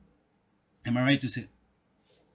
am I right to say